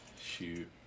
shoot